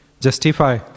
justify